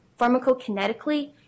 pharmacokinetically